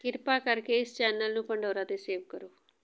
ਕਿਰਪਾ ਕਰਕੇ ਇਸ ਚੈਨਲ ਨੂੰ ਪੰਡੋਰਾ 'ਤੇ ਸੇਵ ਕਰੋ